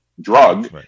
drug